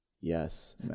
Yes